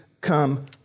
come